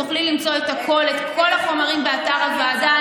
תוכלי למצוא את כל החומרים באתר הוועדה.